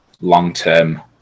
long-term